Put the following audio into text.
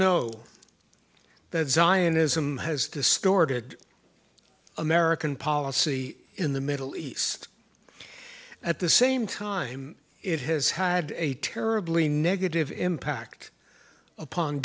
zionism has distorted american policy in the middle east at the same time it has had a terribly negative impact upon